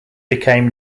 became